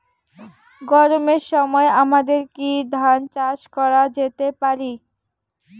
গরমের সময় আমাদের কি ধান চাষ করা যেতে পারি?